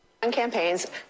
campaigns